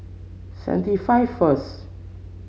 seventy five first